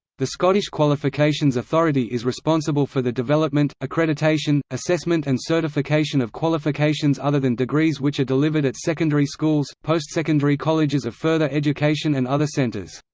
the scottish qualifications authority is responsible for the development, accreditation, assessment and certification of qualifications other than degrees which are delivered at secondary schools, post-secondary colleges of further education and other centres.